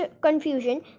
confusion